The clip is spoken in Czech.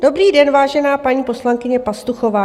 Dobrý den, vážená paní poslankyně Pastuchová.